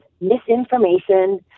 misinformation